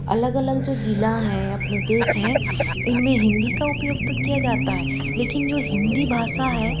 अलग अलग जो जिला हैं अपनी देश हैं इनमें हिंदी का उपयोग तो किया जाता है लेकिन जो हिंदी भाषा है